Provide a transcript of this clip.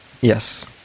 Yes